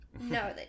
No